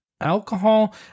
alcohol